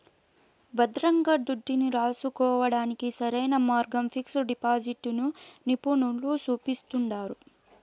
భద్రంగా దుడ్డుని రాసుకోడానికి సరైన మార్గంగా పిక్సు డిపాజిటిని నిపునులు సూపిస్తండారు